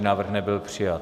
Návrh nebyl přijat.